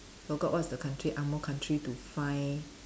forgot what's the country angmoh country to find